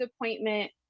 appointment